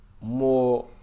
more